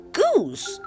goose